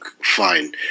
Fine